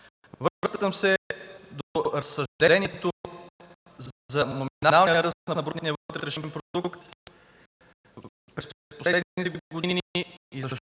Връщам се на разсъждението за номиналния ръст на брутния вътрешен продукт през последните години и защо